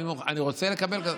אני רוצה לקבל,